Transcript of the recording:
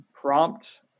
prompt